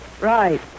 Right